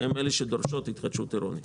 שהן אלה שדורשות התחדשות עירונית.